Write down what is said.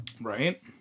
Right